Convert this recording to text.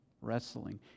wrestling